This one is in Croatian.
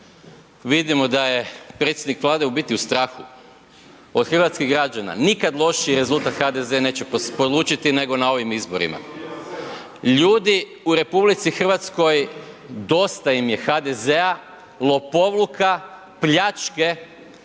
Vidimo da je predsjednik Vlade u biti, u strahu. Od hrvatskih građana nikad lošiji rezultat HDZ neće polučiti nego na ovim izborila. Ljudi u RH, dosta im je HDZ-a, lopovluka, pljačke